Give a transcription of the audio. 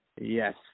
Yes